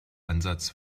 ansatz